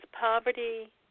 poverty